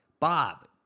Bob